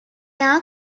are